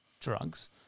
drugs